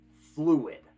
fluid